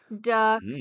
Duck